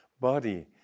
body